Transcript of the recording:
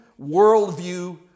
worldview